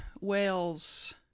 Wales